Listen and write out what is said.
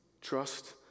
Trust